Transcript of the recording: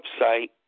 website